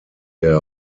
der